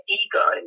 ego